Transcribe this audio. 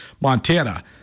Montana